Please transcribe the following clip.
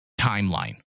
timeline